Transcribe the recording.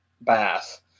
bath